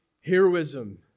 heroism